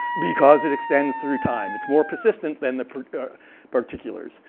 because it extends through time. it's more consistent than the particulars.